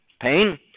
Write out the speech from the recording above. pain